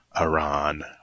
Iran